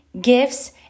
gifts